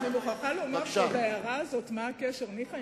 אני מוכרחה לומר שאת ההערה הזאת "מה הקשר" ניחא,